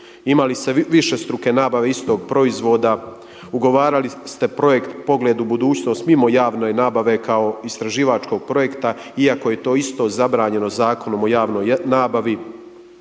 Imali ste višestruke nabave istog proizvoda ugovarali ste projekt „Pogled u budućnost“ mimo javne nabave kao istraživačkog projekta iako je to isto zabranjeno Zakonom o javnoj nabavi.